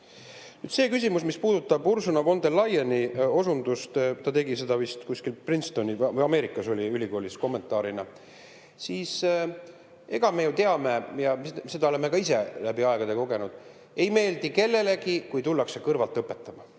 Nüüd see küsimus, mis puudutab Ursula von der Leyeni osundust, ta tegi seda vist kuskil Princetoni ülikoolis, Ameerikas, kommentaarina, siis me ju teame ja oleme ka ise läbi aegade kogenud: ei meeldi kellelegi, kui tullakse kõrvalt õpetama.